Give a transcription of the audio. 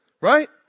Right